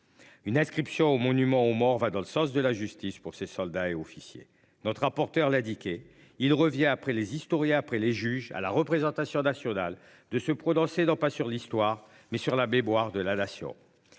Une inscription aux monuments aux morts va dans le sens de la justice pour ses soldats et officiers notre rapporteur l'indiquer il revient après les historiens après les juges à la représentation nationale de se prononcer dans pas sur l'histoire mais sur la mémoire de la nation.